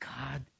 God